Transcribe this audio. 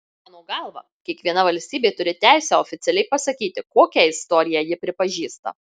mano galva kiekviena valstybė turi teisę oficialiai pasakyti kokią istoriją ji pripažįsta